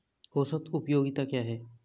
औसत उपयोगिता क्या है?